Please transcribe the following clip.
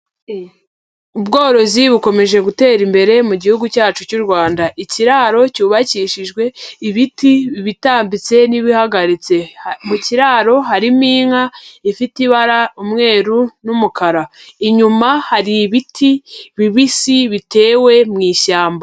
Ubworozi bukomeje gutera imbere mu gihugu cyacu cy'u Rwanda, ikiraro cyubakishijwe ibiti ibitambitse n'ibihagaritse, mu kiraro harimo inka ifite ibara umweru n'umukara, inyuma hari ibiti bibisi bitewe mu ishyamba.